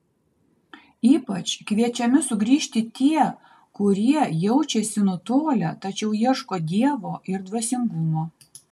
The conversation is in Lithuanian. ypač kviečiami sugrįžti tie kurie jaučiasi nutolę tačiau ieško dievo ir dvasingumo